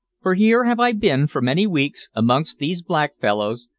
for here have i been, for many weeks, amongst these black fellows,